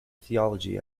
theology